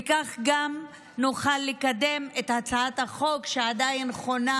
וכך גם נוכל לקדם את הצעת החוק שעדיין חונה